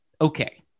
okay